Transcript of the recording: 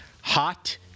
Hot